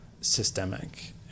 systemic